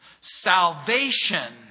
Salvation